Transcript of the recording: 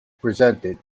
presented